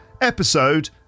episode